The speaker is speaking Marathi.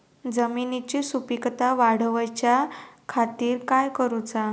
जमिनीची सुपीकता वाढवच्या खातीर काय करूचा?